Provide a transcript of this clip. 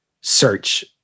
search